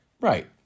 Right